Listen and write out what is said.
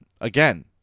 again